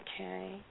okay